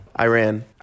Iran